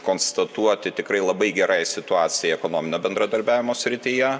konstatuoti tikrai labai gerai situacijai ekonominio bendradarbiavimo srityje